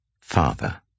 Father